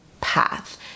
path